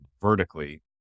vertically